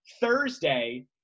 Thursday